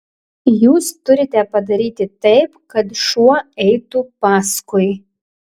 jūs turite padaryti taip kad šuo eitų paskui